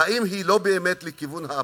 האם היא באמת לכיוון האפרטהייד,